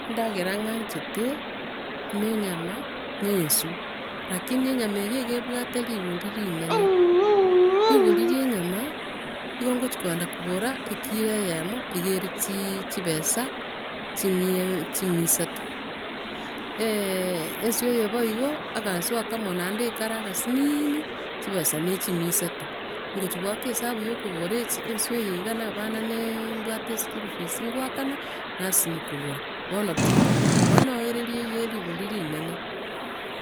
Endagera ing'achete, ne enyama, ne enswe. Lakini enyama eye ige ebwate rigori rinene. Rigori ria enyama, nigo ngochi kogenda kogora ekilo eyemo, niga ere chi- chibesa chimia- chimia isato. enswe eye bo igo, agaenswe akamo naende kare agasiniini, chibesa ne chimia isato. Ngochi goaka esabu yio kogora ens- enswe eye iga na abana ne- nimbwate eschool fees ngoakana, nasinywa kogora, bono tinkogora, bono ere ria eyerigori rinene.